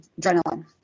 adrenaline